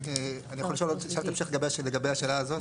אני יכול לשאול עוד שאלת המשך לגבי השאלה הזאת?